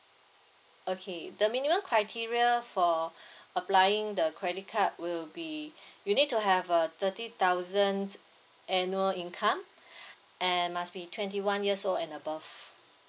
okay the minimum criteria for applying the credit card will be you need to have a thirty thousand annual income and must be twenty one years old and above